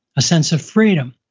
a sense of freedom.